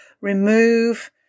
Remove